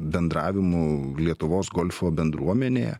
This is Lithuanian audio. bendravimu lietuvos golfo bendruomenėje